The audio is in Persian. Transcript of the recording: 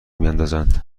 میاندازند